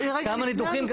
כמה לניתוחים,